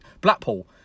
Blackpool